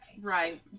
Right